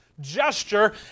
gesture